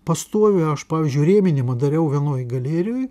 pastoviai aš pavyzdžiui rėminimą dariau vienoj galerijoj